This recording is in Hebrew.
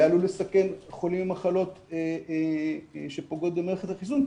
היה עלול לסכן חולים במחלות שפוגעות במערכת החיסון,